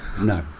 No